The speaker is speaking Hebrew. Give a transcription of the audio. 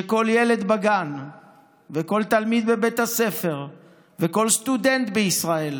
שכל ילד בגן וכל תלמיד בבית הספר וכל סטודנט בישראל